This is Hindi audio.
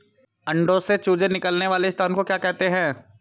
अंडों से चूजे निकलने वाले स्थान को क्या कहते हैं?